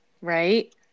Right